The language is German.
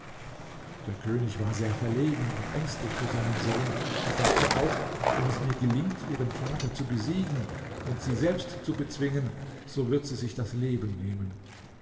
der könig war sehr verlegen und ängstlich für seinen sohn er dachte auch wenn es mir gelingt ihren vater zu besiegen und sie selbst zu bezwingen so wird sie sich das leben nehmen